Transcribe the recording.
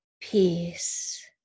peace